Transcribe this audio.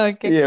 Okay